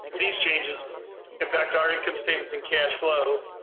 these changes impact our income statements and cash flows